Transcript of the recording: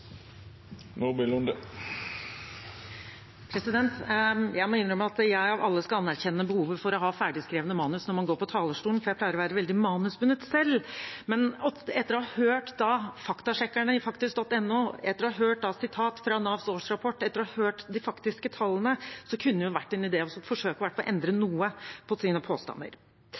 Jeg må innrømme at jeg av alle skal anerkjenne behovet for å ha ferdigskrevne manus når man går på talerstolen, for jeg pleier å være veldig manusbundet selv. Men når man har hørt faktasjekkerne i faktisk.no, når man har hørt sitat fra Navs årsrapport, når man har hørt de faktiske tallene, da kunne det ha vært en idé å forsøke å endre i hvert fall noe på sine påstander.